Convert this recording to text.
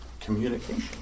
Communication